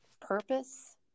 purpose